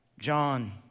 John